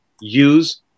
use